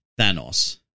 Thanos